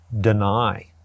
deny